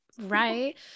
Right